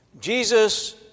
Jesus